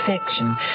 affection